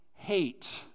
hate